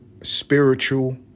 spiritual